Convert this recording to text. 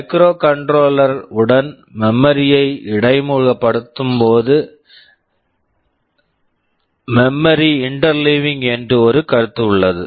microcontroller microcontroller உடன் memory memory யை இடைமுகப்படுத்தும்போது செய்யும் போது மெமரி இன்டர்லீவிங் memory interleaving என்று ஒரு கருத்து உள்ளது